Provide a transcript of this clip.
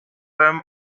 firm